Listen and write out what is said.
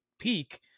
peak